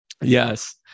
Yes